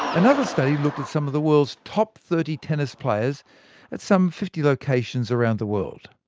another study looked at some of the world's top thirty tennis players at some fifty locations around the world.